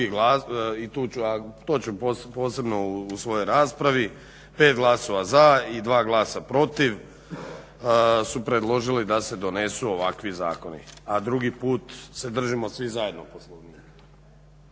to ću posebno u svojoj raspravi, 5 glasova za i 2 glasa protiv su predložili da se donesu ovakvi zakoni. A drugi put se držimo svi zajedno Poslovnika.